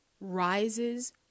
rises